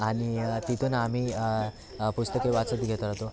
आणि तिथून आम्ही पुस्तके वाचत घेत राहतो